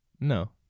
No